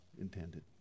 intended